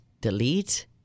delete